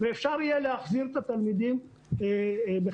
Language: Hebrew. ואפשר יהיה להחזיר את התלמידים חזרה.